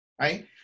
right